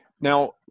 Now